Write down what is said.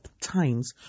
times